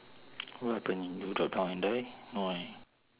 what happen you drop down and die no right